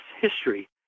history